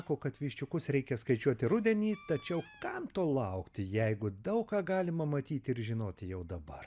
o kad viščiukus reikia skaičiuoti rudenį tačiau kam to laukti jeigu daug ką galima matyti ir žinoti jau dabar